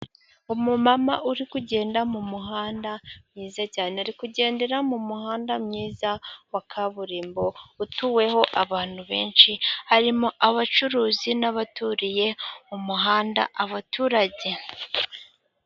Umumama uri kugenda mu muhanda mwiza cyane, ari kugendera mu muhanda mwiza wa kaburimbo utuweho abantu benshi, harimo abacuruzi n'abaturiye umuhanda abaturage.